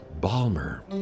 Balmer